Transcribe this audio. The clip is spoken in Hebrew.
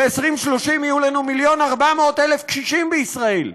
ב-2030 יהיו לנו מיליון ו-400,000 קשישים בישראל.